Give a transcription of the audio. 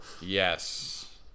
Yes